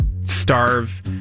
starve